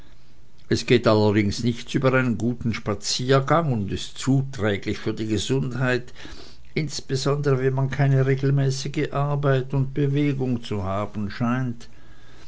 es geht allerdings nichts über einen guten spaziergang und ist zuträglich für die gesundheit insbesondere wenn man keine regelmäßige arbeit und bewegung zu haben scheint